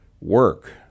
work